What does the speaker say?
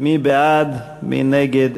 מי בעד, מי נגד?